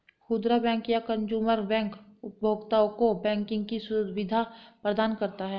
खुदरा बैंक या consumer bank उपभोक्ताओं को बैंकिंग की सुविधा प्रदान करता है